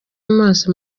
maso